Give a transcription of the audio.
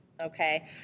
Okay